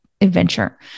adventure